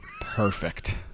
Perfect